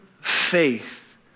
faith